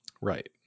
Right